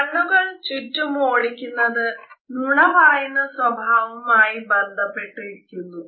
കണ്ണുകൾ ചുറ്റും ഓടിക്കുന്നത് നുണ പറയുന്ന സ്വഭാവവുമായി ബന്ധപ്പെട്ടിരിക്കുന്നു